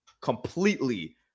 completely